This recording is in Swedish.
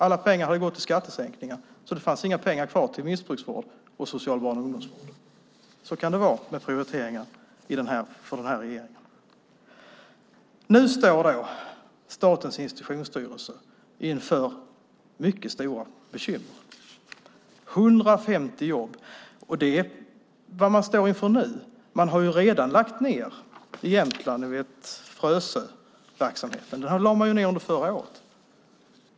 Alla pengar har ju gått till skattesänkningar, så det fanns inga pengar kvar till missbrukarvård och social barn och ungdomsvård. Så kan det vara med prioriteringar för den här regeringen. Nu står Statens institutionsstyrelse inför mycket stora bekymmer, 150 jobb. Det är vad man står inför nu. Man har redan lagt ned i Jämtland, Frösöverksamheten. Den lade man ned under förra året.